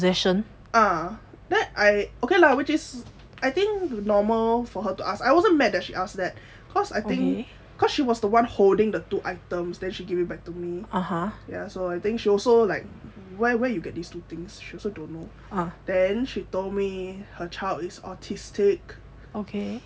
ah then I okay lah which is I think normal for her to ask I also mad that she asked that cause I think because she was the one holding the two items then she give it back to me ya so I think she also like where where you get these two things she also don't know then she told me her child it's autistic